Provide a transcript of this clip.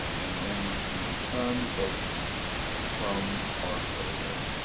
and then we can return the book from our closure.